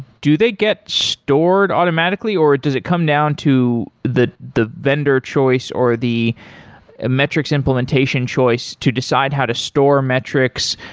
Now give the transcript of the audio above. do they get stored automatically or does it come down to the the vendor choice or the ah metrics implementation choice to decide how to store metrics,